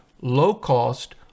low-cost